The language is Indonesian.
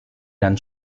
dan